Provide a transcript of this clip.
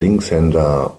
linkshänder